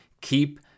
keep